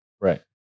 Right